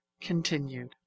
continued